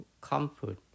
comfort